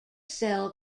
cell